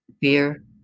Fear